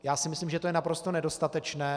Já myslím, že je to naprosto nedostatečné.